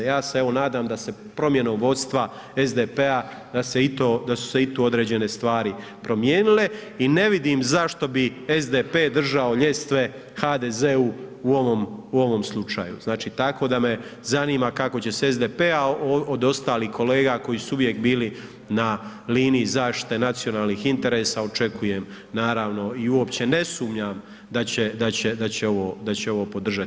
Ja se, evo nadam da se promjenom vodstva SDP-a da se i to, da su se i tu određene stvari promijenile i ne vidim zašto bi SDP držao ljestve HDZ-u u ovom slučaju, tako da me zanima kako će se SDP, a od ostalih kolega koji su uvijek bili na liniji zaštite nacionalnih interesa, očekujem naravno i uopće ne sumnjam da će ovo podržati.